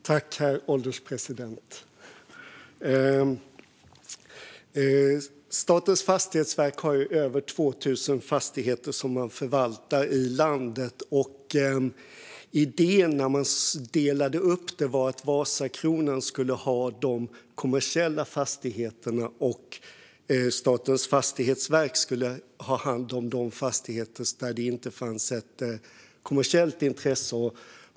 Herr ålderspresident! Statens fastighetsverk har över 2 000 fastigheter som man förvaltar i landet. Idén när man delade upp det var att Vasakronan skulle ha de kommersiella fastigheterna och Statens fastighetsverk skulle ha hand om de fastigheter där det inte fanns ett kommersiellt intresse.